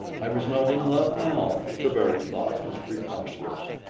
i was not in love now the very thought was preposterous.